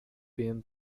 been